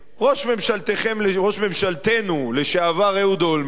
ראש ממשלתכם, ראש ממשלתנו לשעבר אהוד אולמרט,